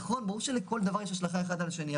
ברור שלכל דבר יש השלכה אחד על השני,